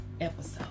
episode